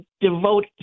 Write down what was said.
devote